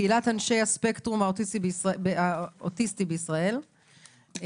קהילת אנשי הספקטרום האוטיסטי בישראל,